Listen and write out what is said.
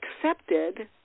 accepted